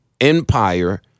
empire